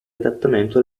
adattamento